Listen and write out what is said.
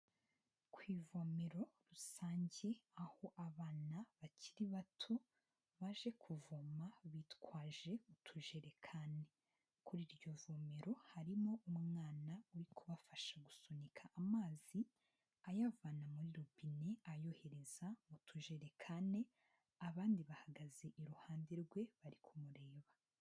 Ku ivomero rusange, aho abana bakiri bato baje kuvoma, bitwaje utujerekani. Kuri iryo vomero harimo umwana uri kubafasha gusunika amazi, ayavana muri rubine ayohereza mu tujerekani, abandi bahagaze iruhande rwe, bari kumureba.